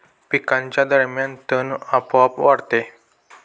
पिकांच्या दरम्यान तण आपोआप वाढते